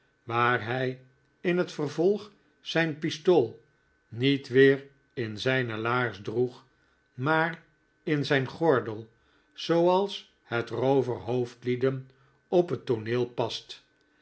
waar hij in het vervolg zijn pistool niet weer in zijne laars droeg maar in zijn gordel zooals hetrooverhoofdlieden op hettooneel past